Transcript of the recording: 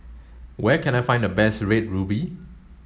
where can I find the best red ruby